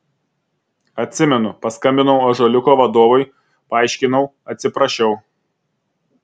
atsimenu paskambinau ąžuoliuko vadovui paaiškinau atsiprašiau